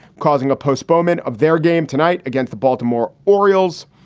causing a postponement of their game tonight against the baltimore orioles.